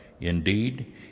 Indeed